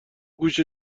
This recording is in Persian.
گوش